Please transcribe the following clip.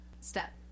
step